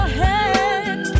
head